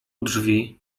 drzwi